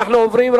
אנחנו עוברים,